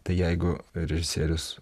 tai jeigu režisierius